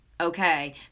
Okay